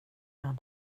jag